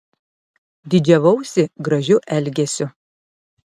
didžiavausi gražiu elgesiu